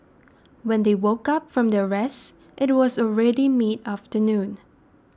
when they woke up from their rest it was already mid afternoon